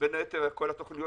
בין היתר כל התוכניות